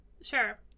Sure